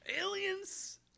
aliens